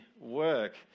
work